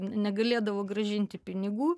negalėdavo grąžinti pinigų